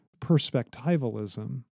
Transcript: perspectivalism